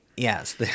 Yes